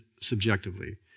subjectively